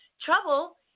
Trouble